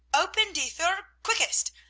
open die thur, quickest!